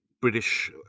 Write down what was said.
British